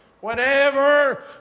Whenever